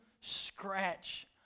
scratch